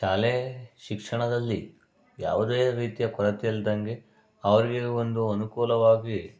ಶಾಲೆ ಶಿಕ್ಷಣದಲ್ಲಿ ಯಾವುದೇ ರೀತಿಯ ಕೊರತೆ ಇಲ್ದಂತೆ ಅವರಿಗೆ ಒಂದು ಅನುಕೂಲವಾಗಿ